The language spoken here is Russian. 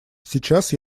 сейчас